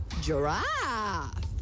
giraffe